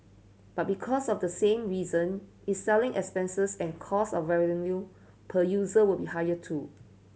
but because of the same reason its selling expenses and cost of revenue per user will be higher too